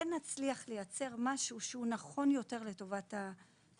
אז אני מאמינה שכן נצליח לייצר משהו שהוא נכון יותר לטובת הזקנים.